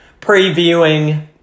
previewing